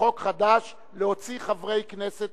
בחוק חדש להוציא חברי כנסת